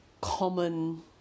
common